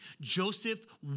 Joseph